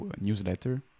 newsletter